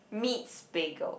meets bagel